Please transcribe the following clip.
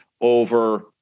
over